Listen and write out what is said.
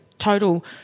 Total